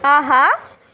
ஆஹா